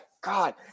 God